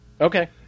Okay